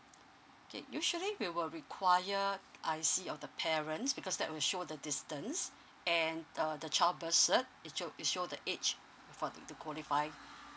okay usually we will require I_C of the parents because that will show the distance and uh the child birth cert will it show it show the age for to qualify